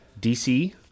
DC